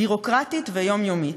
ביורוקרטית ויומיומית.